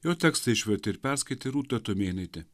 jo tekstą išvertė ir perskaitė rūta tumėnaitė